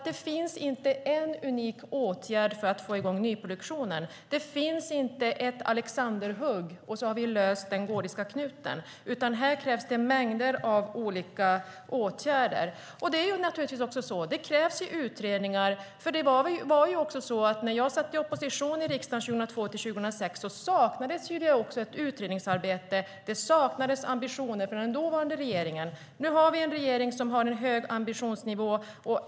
Det finns inte en unik åtgärd för att få i gång nyproduktionen. Det går inte att använda sig av ett alexanderhugg för att lösa den gordiska knuten. Här krävs mängder av olika åtgärder. Det krävs utredningar. När jag satt i opposition i riksdagen 2002-2006 saknades ett utredningsarbete och det saknades ambitioner från den dåvarande regeringen. Nu har vi en regering med hög ambitionsnivå.